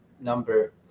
number